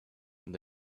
and